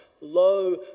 low